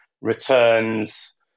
returns